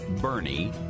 Bernie